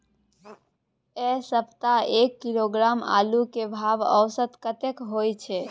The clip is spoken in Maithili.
ऐ सप्ताह एक किलोग्राम आलू के भाव औसत कतेक होय छै?